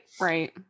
right